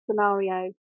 scenario